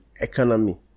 economy